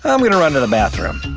i'm gonna run to the bathroom.